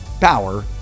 power